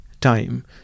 time